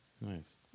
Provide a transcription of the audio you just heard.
Nice